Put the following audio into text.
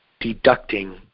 deducting